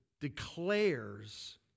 declares